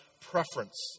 preference